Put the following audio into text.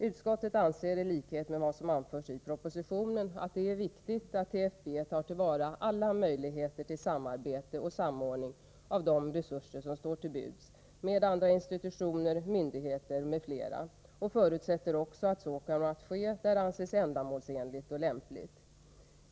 Utskottet anser i likhet med vad som anförs i propositionen att det är viktigt att TFB tar till vara alla möjligheter till samarbete och samordning av de resurser som står till buds med andra institutioner, myndigheter m.fl. Det förutsätts att så också kommer att ske där det anses ändamålsenligt och lämpligt.